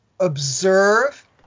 Observe